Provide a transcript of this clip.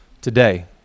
Today